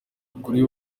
buri